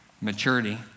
maturity